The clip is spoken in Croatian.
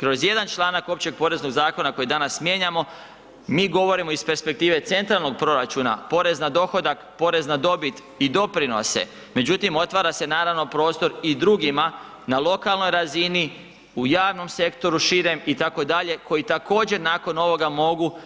Kroz jedan članak Općeg poreznog zakona koji dana mijenjamo mi govorimo iz perspektive centralnog proračuna, porez na dohodak, porez na dobit i doprinose, međutim otvara se naravno prostori i drugima na lokalnoj razini, u javnom sektoru širem itd., koji također nakon ovoga mogu